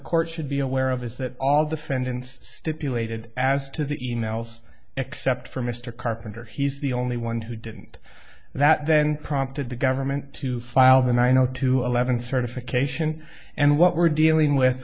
court should be aware of is that all the fende in stipulated as to the e mails except for mr carpenter he's the only one who didn't that then prompted the government to file the nine o two eleven certification and what we're dealing with